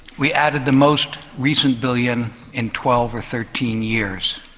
we added the most recent billion in twelve or thirteen years.